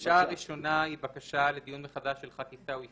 הבקשה הראשונה היא בקשה לדיון מחדש של ח"כ עיסאווי